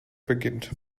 beginnt